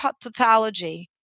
pathology